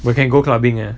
but can go clubbing ah